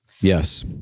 Yes